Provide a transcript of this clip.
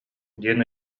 диэн